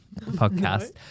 podcast